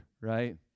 right